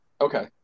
Okay